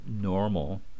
normal